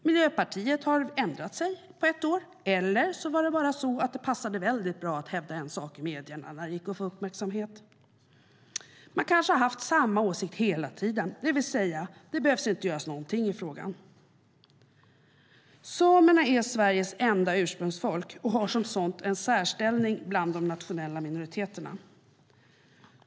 Miljöpartiet har ändrat sig på ett år, eller så var det bara så att det passade väldigt bra att hävda en sak i medierna när det gick att få uppmärksamhet. De kanske har haft samma åsikt hela tiden, det vill säga att det inte behöver göras någonting i frågan. Samerna är Sveriges enda ursprungsfolk och har som sådant en särställning bland de nationella minoriteterna.